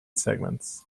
segments